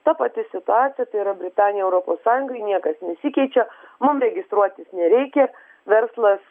ta pati situacija tai yra britanija europos sąjungoj niekas nesikeičia mum registruotis nereikia verslas